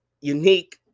unique